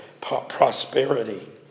prosperity